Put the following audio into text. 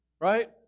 right